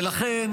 ולכן,